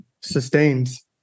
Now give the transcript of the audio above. sustains